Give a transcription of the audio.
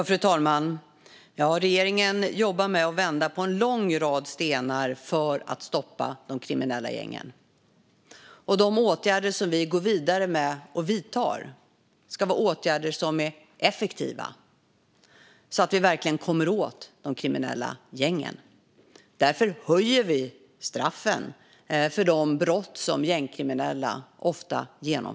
Fru talman! Regeringen jobbar med att vända på en lång rad stenar för att stoppa de kriminella gängen, och de åtgärder vi går vidare med och vidtar ska vara effektiva så att vi verkligen kommer åt de kriminella gängen. Därför höjer vi straffen för de brott som gängkriminella ofta begår.